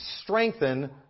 strengthen